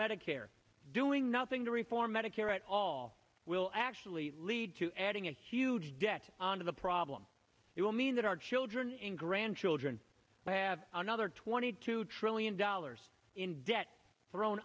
medicare doing nothing to reform medicare at all will actually lead to adding a huge debt onto the problem it will mean that our children and grandchildren have another twenty two trillion dollars in debt for own